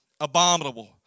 abominable